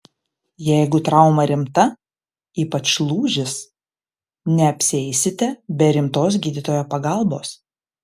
jeigu trauma rimta ypač lūžis neapsieisite be rimtos gydytojo pagalbos